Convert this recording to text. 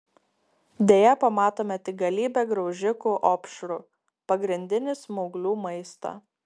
deja pamatome tik galybę graužikų opšrų pagrindinį smauglių maistą